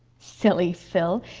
silly phil!